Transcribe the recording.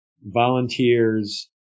volunteers